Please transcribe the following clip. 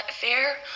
fair